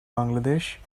bangladesh